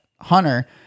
Hunter